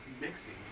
mixing